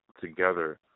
together